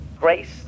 Grace